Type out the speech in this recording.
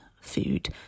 food